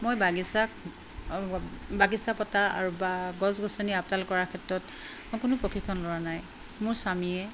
মই বাগিচা বাগিচা পতা আৰু বা গছ গছনি আপডাল কৰাৰ ক্ষেত্ৰত মই কোনো প্ৰশিক্ষণ লোৱা নাই মোৰ স্বামীয়ে